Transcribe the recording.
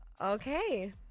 Okay